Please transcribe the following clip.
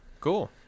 cool